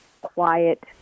quiet